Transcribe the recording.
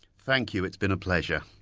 thank you, it's been a pleasure.